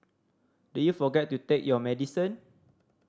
did you forget to take your medicine